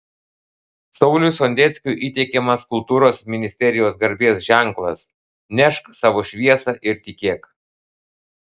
sauliui sondeckiui įteikiamas kultūros ministerijos garbės ženklas nešk savo šviesą ir tikėk